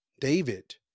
David